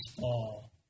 fall